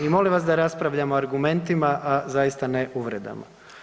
I molim vas da raspravljamo argumentima, a zaista ne uvredama.